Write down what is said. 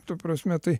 ta prasme tai